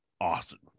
Awesome